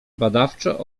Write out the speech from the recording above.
badawczo